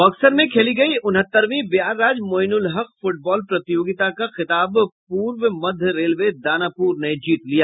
बक्सर में खेली गयी उनहतरवीं बिहार राज्य मोइनुलहक फुटबाल प्रतियोगिता का खिताब पूर्व मध्य रेलवे दानापुर में जीत लिया